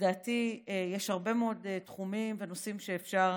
לדעתי יש הרבה מאוד תחומים ונושאים שאפשר